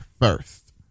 first